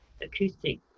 acoustic